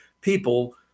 people